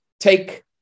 take